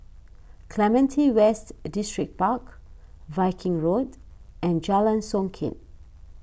Clementi West Distripark Viking Road and Jalan Songket